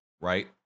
right